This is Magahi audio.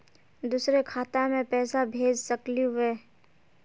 दुसरे खाता मैं पैसा भेज सकलीवह?